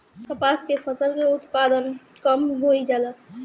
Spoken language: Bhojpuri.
कपास के फसल के उत्पादन कम होइ जाला?